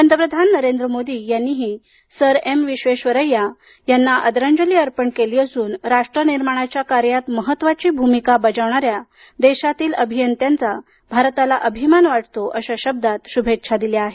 पंतप्रधान नरेंद्र मोदी यांनी sir M Visvesvaraya यांना आदरंजली अर्पण केली असून राष्ट्र निर्माणाच्या कार्यात महत्त्वाची भूमिका बजावणाऱ्या देशातील अभियंत्यांचा भारताला अभिमान वाटतो अशा शब्दात शुभेच्छा दिल्या आहेत